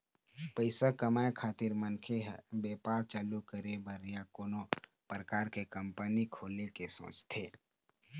पइसा कमाए खातिर मनखे ह बेपार चालू करे बर या कोनो परकार के कंपनी खोले के सोचथे